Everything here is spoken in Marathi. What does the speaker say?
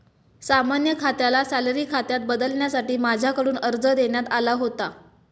सामान्य खात्याला सॅलरी खात्यात बदलण्यासाठी माझ्याकडून अर्ज देण्यात आला होता